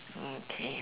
okay